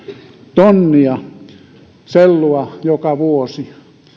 tonnia sellua joka vuosi